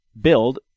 build